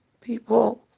people